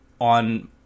on